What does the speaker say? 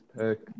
pick